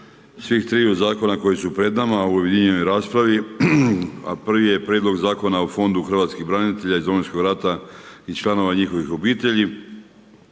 svih triju zakonu koji su pred nama u objedinjenoj raspravi, a prvi je Prijedlog Zakona o Fondu hrvatskih branitelja iz Domovinskog rata i članova njihovih obitelji.